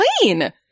clean